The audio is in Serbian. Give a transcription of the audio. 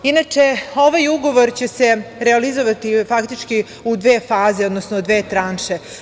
Inače, ovaj ugovor će se realizovati faktički u dve faze, odnosno dve tranše.